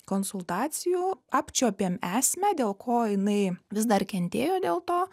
konsultacijų apčiuopėm esmę dėl ko jinai vis dar kentėjo dėl to